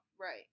Right